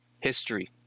history